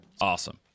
Awesome